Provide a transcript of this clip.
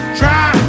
try